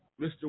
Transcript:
Mr